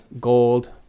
Gold